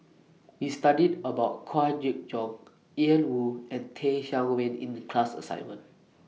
We studied about Kwa Geok Choo Ian Woo and Teh Cheang Wan in The class assignment